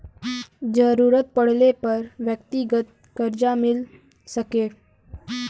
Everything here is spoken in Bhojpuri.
जरूरत पड़ले पर व्यक्तिगत करजा मिल सके